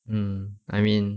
mm I mean